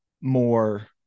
more –